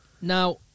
Now